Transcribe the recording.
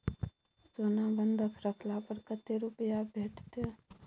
सोना बंधक रखला पर कत्ते रुपिया भेटतै?